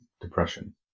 depression